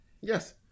Yes